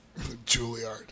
Juilliard